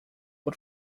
por